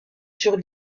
sur